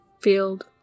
field